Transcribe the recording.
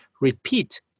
repeat